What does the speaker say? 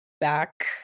back